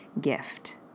gift